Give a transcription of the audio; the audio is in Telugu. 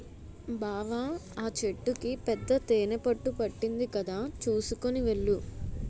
బావా ఆ చెట్టుకి పెద్ద తేనెపట్టు పట్టింది కదా చూసుకొని వెళ్ళు